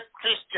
Christian